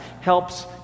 helps